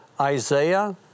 Isaiah